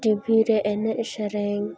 T ᱵᱷᱤ ᱨᱮ ᱮᱱᱮᱡ ᱥᱮᱨᱮᱧ